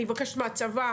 אני אבקש מהצבא,